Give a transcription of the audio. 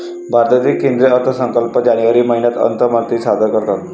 भारतात केंद्रीय अर्थसंकल्प जानेवारी महिन्यात अर्थमंत्री सादर करतात